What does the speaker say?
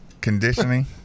Conditioning